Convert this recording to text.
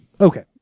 Okay